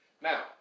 Now